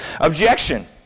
Objection